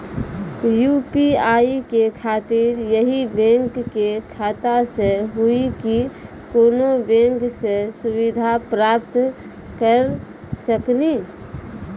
UPI के खातिर यही बैंक के खाता से हुई की कोनो बैंक से सुविधा प्राप्त करऽ सकनी?